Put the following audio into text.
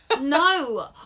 No